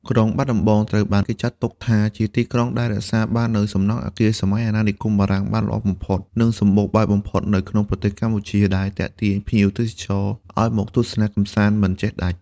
ក្រុងបាត់ដំបងត្រូវបានគេចាត់ទុកថាជាទីក្រុងដែលរក្សាបាននូវសំណង់អគារសម័យអាណានិគមបារាំងបានល្អបំផុត និងសំបូរបែបបំផុតនៅក្នុងប្រទេសកម្ពុជា ដែលទាក់ទាញភ្ញៀវទេសចរឱ្យមកទស្សនាកម្សាន្តមិនចេះដាច់។